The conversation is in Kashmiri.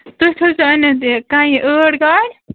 تُہۍ تھٲوزیٚو أنِتھ یہِ کنہِ ٲٹھ گاڑِ